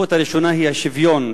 הזכות הראשונה היא השוויון,